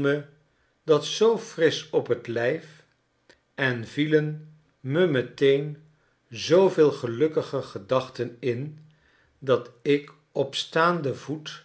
me dat zoo frisch op t lijf en vielen me meteen zooveel gelukkige gedachten in dat ik op staanden voet